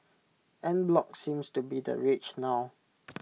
en bloc seems to be the rage now